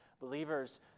believers